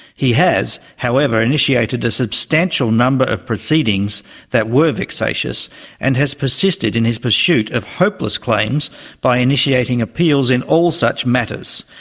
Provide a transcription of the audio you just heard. he has however initiated a substantial number of proceedings that were vexatious and has persisted in his pursuit of hopeless claims by initiating appeals in all such matters.